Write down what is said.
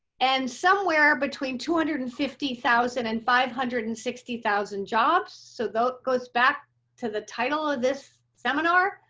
and somewhere between two hundred and fifty thousand and five hundred and sixty thousand jobs. so that goes back to the title of this seminar,